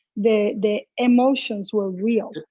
the the emotions were real,